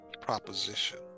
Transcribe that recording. proposition